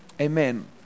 Amen